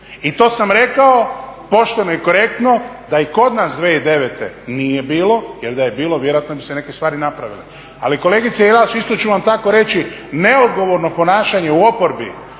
i to sam rekao pošteno i korektno da i kod nas 2009.nije bilo jer da je bilo vjerojatno bi se neke stvari napravile. Ali kolegice Jelaš isto ću vam tako reći neodgovorno ponašanje u oporbi